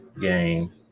game